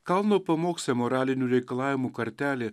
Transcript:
kalno pamoksle moralinių reikalavimų kartelė